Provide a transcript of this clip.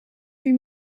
huit